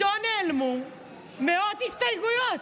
ואיתו נעלמו מאות הסתייגויות,